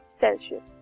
Celsius